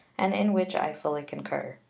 and in which i fully concur.